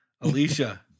Alicia